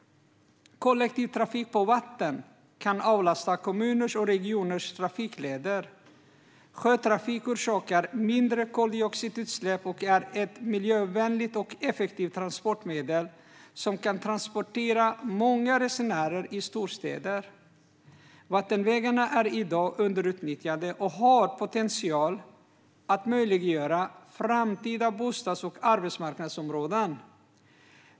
Kollektivtrafik på vatten kan avlasta kommuners och regioners trafikleder. Sjötrafik orsakar mindre koldioxidutsläpp och är ett miljövänligt och effektivt transportmedel som kan transportera många resenärer i storstäder. Vattenvägarna är i dag underutnyttjade och har potential att möjliggöra framtida bostads och arbetsmarknadsområden.